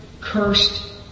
cursed